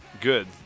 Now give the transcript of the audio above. good